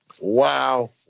wow